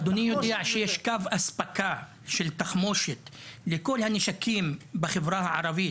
אדוני יודע שיש קו אספקה של תחמושת לכל הנשקים בחברה הערבית?